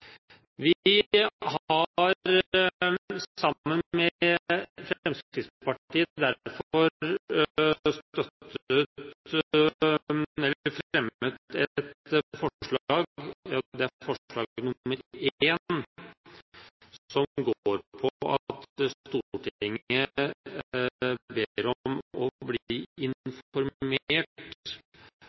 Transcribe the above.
Vi har derfor sammen med Fremskrittspartiet fremmet et forslag, forslag nr. 1, som går ut på at Stortinget ber om å bli informert